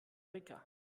rica